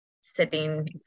sitting